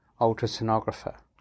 ultrasonographer